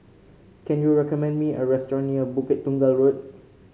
can you recommend me a restaurant near Bukit Tunggal Road